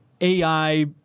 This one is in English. AI